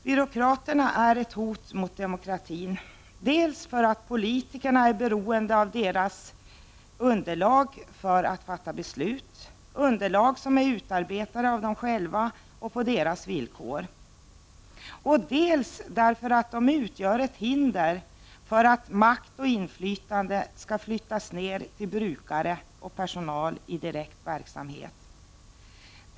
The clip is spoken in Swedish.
Byråkraterna är ett hot mot demokratin, dels för att politikerna är beroende av deras underlag för att fatta beslut — underlag som är utarbetade av dem själva och på deras villkor —, dels därför att de utgör ett hinder för att makt och inflytande flyttas ner till brukare och personal i direkt verksamhet.